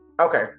Okay